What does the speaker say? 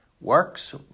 works